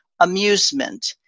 amusement